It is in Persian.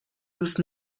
دوست